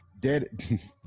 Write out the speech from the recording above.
dead